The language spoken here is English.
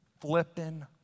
flipping